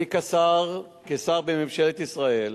אני כשר בממשלת ישראל